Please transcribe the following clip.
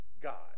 God